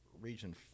Region